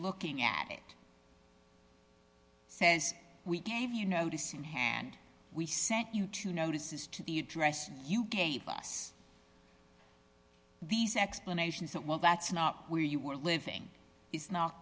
looking at it says we gave you notice in hand we sent you to notices to the address you gave us these explanations that well that's not where you were living it's not